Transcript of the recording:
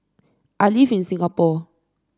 I live in Singapore